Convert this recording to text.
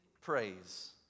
praise